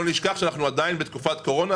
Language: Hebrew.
בואו לא נשכח שאנחנו עדיין בתקופת קורונה.